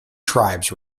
tribes